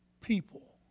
people